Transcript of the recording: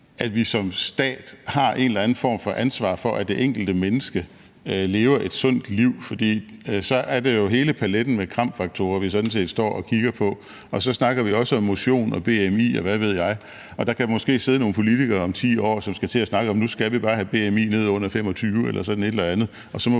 at vi som stat har en eller anden form for ansvar for, at det enkelte menneske lever et sundt liv, for så er det jo hele paletten med KRAM-faktorer, vi sådan set står og kigger på. Og så snakker vi også om motion og bmi, og hvad ved jeg. Der kan måske sidde nogle politikere om 10 år, som skal til at snakke om, at nu skal vi bare have bmi ned under 25 eller sådan et eller andet, og så må